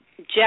Jeff